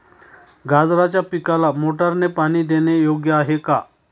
गाजराच्या पिकाला मोटारने पाणी देणे योग्य आहे का?